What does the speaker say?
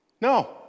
No